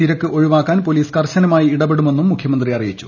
തിരക്ക് ഒഴിവാക്കാൻ പൊലീസ് കർശനമായി ഇടപെടുമെന്നും മുഖ്യമന്ത്രി അറിയിച്ചു